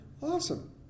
awesome